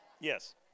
Yes